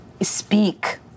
speak